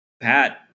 Pat